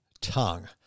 tongue